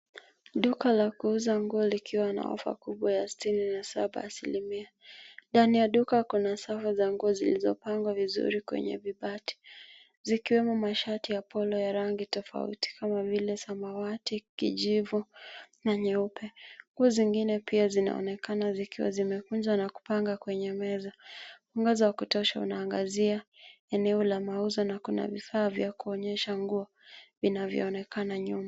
Duka la kuuza nguo likiwa na ofa kubwa ya 67%. Ndani ya duka kuna safu za nguo zilizopangwa vizuri kwenye vibati zikiwemo mashati ya polo ya rangi tofauti kama vile samawati, kijivu na nyeupe. Nguo zingine pia zinaonekana zikiwa zimekunjwa na kupangwa kwenye meza. Mwangaza wa kutosha unaangazia eneo la mauzo na kuna vifaa vya kuonyesha nguo vinavyoonekana nyuma.